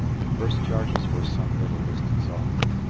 the first charges were some little distance off,